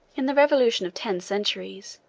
in the revolution of ten centuries,